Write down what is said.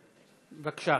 בבקשה.